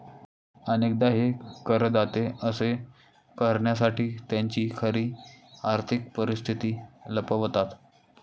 अनेकदा हे करदाते असे करण्यासाठी त्यांची खरी आर्थिक परिस्थिती लपवतात